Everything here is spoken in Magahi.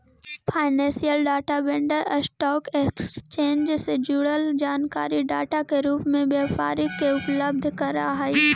financial data vendor stock exchange से जुड़ल जानकारी डाटा के रूप में व्यापारी के उपलब्ध करऽ हई